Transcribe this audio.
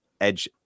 edge